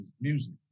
Music